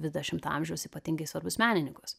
dvidešimto amžiaus ypatingai svarbius menininkus